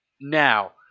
Now